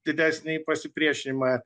didesnį pasipriešinimą